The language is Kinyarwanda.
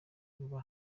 vuba